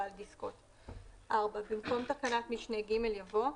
בעל דסקות,"; במקום תקנת משנה (ג) יבוא: